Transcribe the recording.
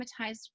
traumatized